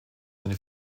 seine